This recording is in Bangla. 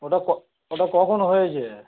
ওটা ক ওটা কখন হয়েছে